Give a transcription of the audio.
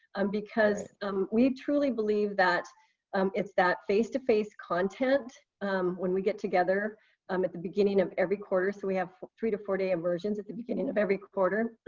um because um we truly believe that it's that face to face content when we get together um at the beginning of every quarter. so we have three to four day immersions at the beginning of every quarter.